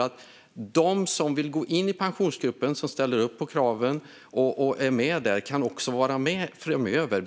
att de som vill gå in i Pensionsgruppen, som ställer upp på kraven, också kan vara med framöver.